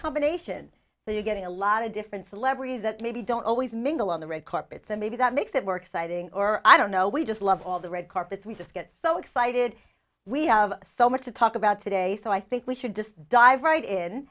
combination that you're getting a lot of different celebrities that maybe don't always mingle on the red carpet so maybe that makes it work citing or i don't know we just love all the red carpet we just get so excited we have so much to talk about today so i think we should just dive right in